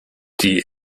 die